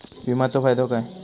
विमाचो फायदो काय?